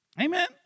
Amen